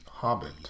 Hobbit